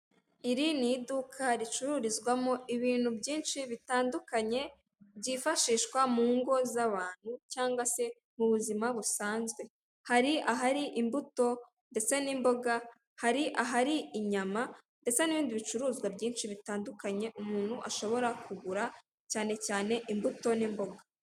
Iri ni iduka ricururizwamo ibintu byinshi bitandukanye byifashishwa mu ngo z'abantu cyangwa se mu buzima busanzwe, hari ahari imbuto ndetse n'imboga hari ahari inyama ndetse n'ibindi bicuruzwa byinshi bitandukanye umuntu ashobora kugura cyane cyane imbuto n'imboga.